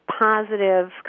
positive